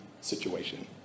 situation